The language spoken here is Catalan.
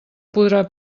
podrà